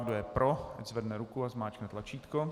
Kdo je pro, ať zvedne ruku a zmáčkne tlačítko.